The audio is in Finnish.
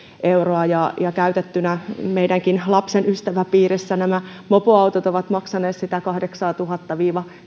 euroa ja käytettynä meidänkin lapsen ystäväpiirissä nämä mopoautot ovat maksaneet sitä kahdeksaatuhatta